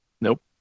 Nope